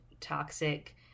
toxic